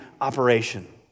operation